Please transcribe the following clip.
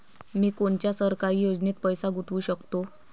मी कोनच्या सरकारी योजनेत पैसा गुतवू शकतो?